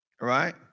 right